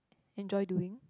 enjoy doing